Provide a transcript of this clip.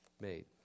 made